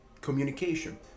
communication